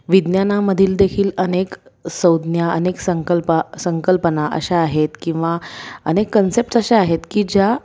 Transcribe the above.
विज्ञानामधील देखील अनेक संज्ञा अनेक संकल्पा संकल्पना अशा आहेत किंवा अनेक कन्सेप्ट अशा आहेत की ज्या